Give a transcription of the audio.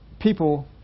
people